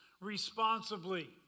responsibly